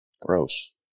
Gross